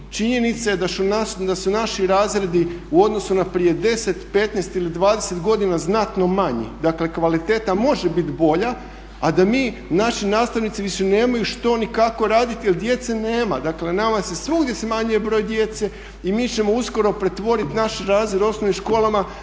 činjenica je da su naši razredi u odnosu na prije 10, 15 ili 20 godina znatno manji. Dakle kvaliteta može biti bolja a da mi, naši nastavnici više nemaju što ni kako raditi jer djece nema. Dakle nama se svugdje smanjuje broj djece i mi ćemo uskoro pretvoriti naš razred u osnovnim škola